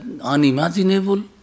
unimaginable